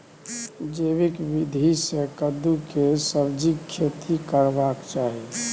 जैविक विधी से कद्दु के सब्जीक खेती करबाक चाही?